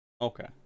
Okay